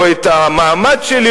או את המעמד שלי,